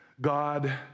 God